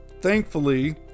Thankfully